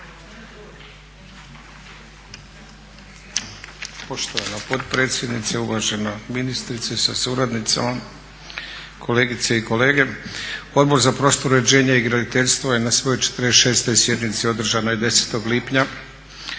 Poštovana potpredsjednice, uvažena ministrice sa suradnicom, kolegice i kolege. Odbor za prostorno uređenje i graditeljstvo je na svojoj 46. sjednici održanoj 10. lipnja